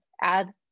add